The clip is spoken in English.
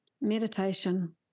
meditation